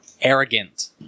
Arrogant